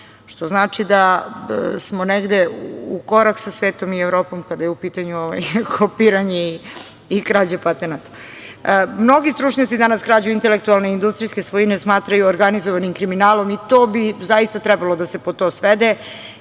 što znači da smo negde u korak sa svetom i Evropom kada je u pitanju kopiranje i krađa patenata. Mnogi stručnjaci danas krađu intelektualne industrijske svojine smatraju organizovanim kriminalom. To bi trebalo da se pod to svede.